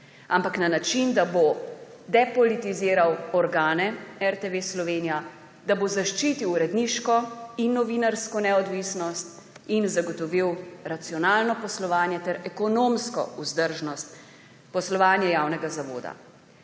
temveč na način, da bo depolitiziral organe RTV Slovenija, da bo zaščitil uredniško in novinarsko neodvisnost in zagotovil racionalno poslovanje ter ekonomsko vzdržnost poslovanja javnega zavoda.